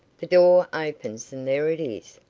the door opens and there it is.